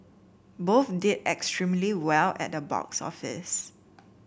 both did extremely well at the box office